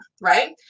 right